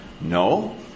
No